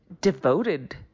devoted